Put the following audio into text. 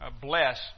Bless